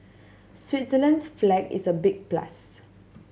Switzerland's flag is a big plus